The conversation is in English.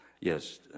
Yes